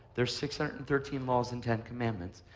there's six hundred and thirteen laws and ten commandment.